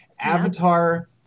Avatar